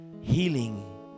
healing